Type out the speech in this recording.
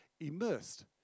immersed